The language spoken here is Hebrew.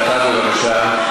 דקה, בבקשה.